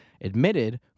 admitted